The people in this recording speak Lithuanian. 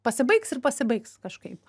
pasibaigs ir pasibaigs kažkaip